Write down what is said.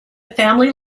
family